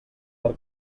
per